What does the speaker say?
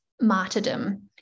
martyrdom